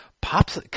pops